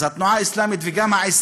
אז התנועה האסלאמית וגם 20